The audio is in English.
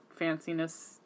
fanciness